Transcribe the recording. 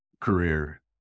career